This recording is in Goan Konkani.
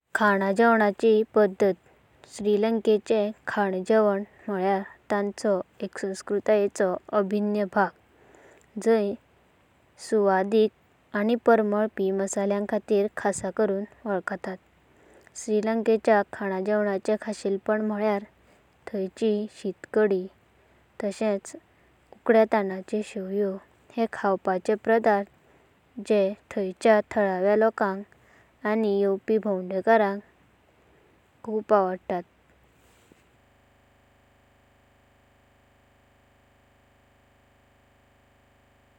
श्रीलंका! दक्षिण आशियांत आषिल्लो देशा श्रीलंकेतां ताचो लंबा इतिहास। बौध्द दायज आनी बहुसंस्कृतिक प्रभाव हांचें प्रतिबिंबित करपें गिरेंस्ता। आनी तारेकावार तारेंचो संस्कृताय आस। श्रीलंकेंच्या संस्कृतायेंचें कन्या मनोरंजक अंगम हांगां दिल्यातां। परंपरा बौध्द परंपरा श्रीलंकेंतां बौध्द दायज घटा आस। वर्षाभर वेसाक (बौध्दाचो वडादीस) आनी पोसोन (श्रीलंकेंतां बौध्द धर्माची वळखा)। अशी जायतें सण-शूवळे जातात। हिंदू आनी मुसलमान परंपरा श्रीलंका हो एका बहुसंस्कृतिक समाज आसून तातुंता। हिंदू आनी मुसलमान लोकसंख्या म्हत्वाची आसून दरेंकळ्यांची खासेली परंपरा आनी चालीरीती आसतात। परंपरिक कपाडे श्रीलंकेंचे लोक आपल्यां परंपरिक कपड्याचो व्ळादा अभिमान बाळगतात। तातुंता ओसरीया (परंपरिक साडी) आनी राष्ट्रिय भेस (लंबा बन्येचो शर्ट आनी पेंट आषिल्लो परंपरिक पोशाखा)। हांचो अस्पव जातो।